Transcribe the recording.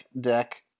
deck